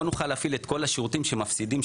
נוכל להפעיל את כל השירותים שמפסידים,